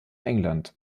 england